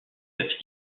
cette